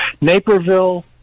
Naperville